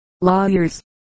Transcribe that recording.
lawyers